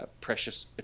Precious